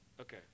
Okay